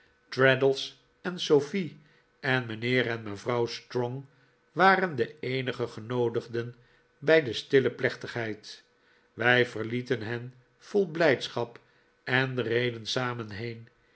traddles en sofie en mijnheer en mevrouw strong waren de eenige genoodigden bij de stille plechtigheid wij verlieten hen vol blijdschap en reden samen heen